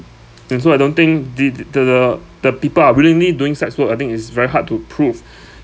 and so I don't think the the the the people are willingly doing sex work I think it's very hard to prove